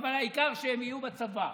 אבל העיקר שהם יהיו בצבא.